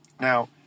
Now